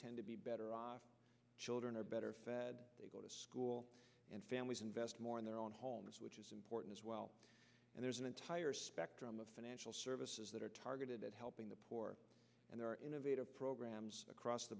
tend to be better off children are better fed and families invest more in their own homes which is important as well and there's an entire spectrum of financial services that are targeted at helping the poor and there are innovative programs across the